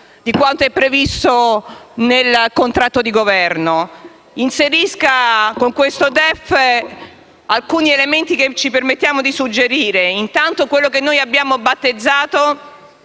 di quanto è previsto nel contratto di Governo. Inserisca con questo DEF alcuni elementi che ci permettiamo di suggerire, primo fra tutti quello che abbiamo battezzato